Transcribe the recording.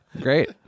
Great